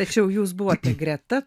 tačiau jūs buvote greta